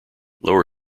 lower